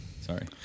Sorry